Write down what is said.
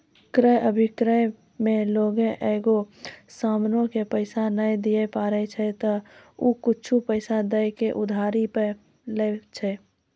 क्रय अभिक्रय मे लोगें एगो समानो के पैसा नै दिये पारै छै त उ कुछु पैसा दै के उधारी पे लै छै